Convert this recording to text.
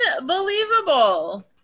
Unbelievable